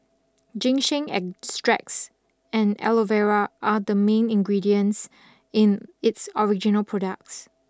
Ginseng extracts and Aloe Vera are the main ingredients in its original products